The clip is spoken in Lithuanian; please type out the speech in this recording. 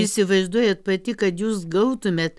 įsivaizduojat pati kad jūs gautumėt